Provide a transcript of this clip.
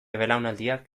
belaunaldiak